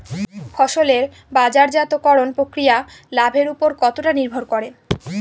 ফসলের বাজারজাত করণ প্রক্রিয়া লাভের উপর কতটা নির্ভর করে?